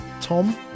Tom